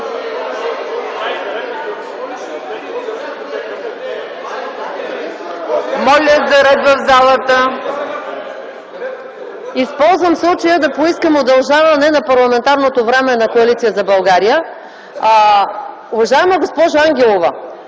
МАЯ МАНОЛОВА (КБ): Използвам случая да поискам удължаване на парламентарното време на Коалиция за България. Уважаема госпожо Ангелова,